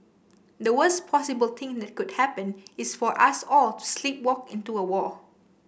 the worst possible thing that could happen is for us all to sleepwalk into a war